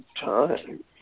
time